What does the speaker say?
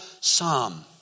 psalm